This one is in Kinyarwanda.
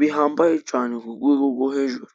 bihambaye cyane, kugwego go hejuru.